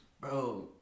Bro